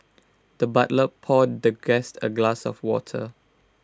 the butler poured the guest A glass of water